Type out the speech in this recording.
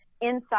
inside